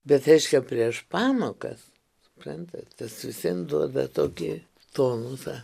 bet reiškia prieš pamokas suprantat jis vis vien duoda tokį tonusą